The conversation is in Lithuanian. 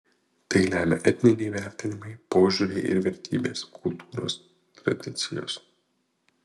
tai lemia etiniai vertinimai požiūriai ir vertybės kultūros tradicijos